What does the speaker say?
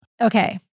Okay